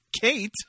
Kate